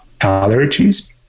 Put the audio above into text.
allergies